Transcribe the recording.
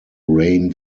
rain